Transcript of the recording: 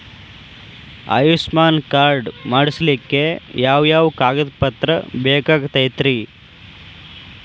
Ayushman card ಮಾಡ್ಸ್ಲಿಕ್ಕೆ ಯಾವ ಯಾವ ಕಾಗದ ಪತ್ರ ಬೇಕಾಗತೈತ್ರಿ?